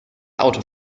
auto